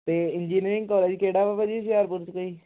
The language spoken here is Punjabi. ਤੇ ਇੰਜੀਨੀਅਰਿੰਗ ਕਾਲਜ ਕਿਹੜਾ ਵਾ ਭਾਅ ਜੀ ਹੁਸ਼ਿਆਰਪੁਰ 'ਚ ਕੋਈ